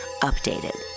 Updated